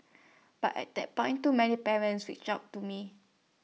but at that point too many parents reached out to me